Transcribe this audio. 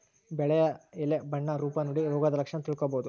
ಬೆಳೆಯ ಎಲೆ ಬಣ್ಣ ರೂಪ ನೋಡಿ ರೋಗದ ಲಕ್ಷಣ ತಿಳ್ಕೋಬೋದು